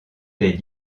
des